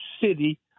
city